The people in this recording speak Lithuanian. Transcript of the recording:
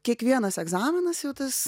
kiekvienas egzaminas jau tas